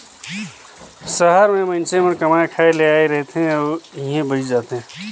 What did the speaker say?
सहर में मइनसे मन कमाए खाए ले आए रहथें अउ इहें बइस जाथें